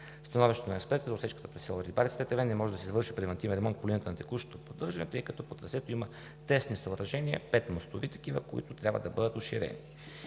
Становището на експертите за отсечката при село Рибарица – Тетевен е, че не може да се извърши превантивен ремонт по линията на текущото поддържане, тъй като по трасето има тесни съоръжения – пет мостови такива, които трябва да бъдат уширени.